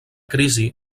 crisi